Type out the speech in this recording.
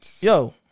Yo